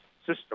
system